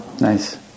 Nice